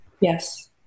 Yes